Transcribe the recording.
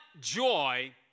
joy